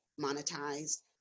monetized